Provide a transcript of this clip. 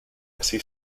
así